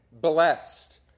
blessed